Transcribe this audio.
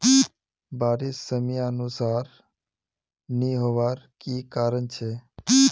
बारिश समयानुसार नी होबार की कारण छे?